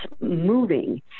moving